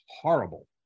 horrible